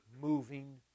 moving